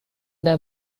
der